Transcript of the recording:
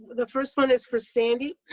the first one is for sandy.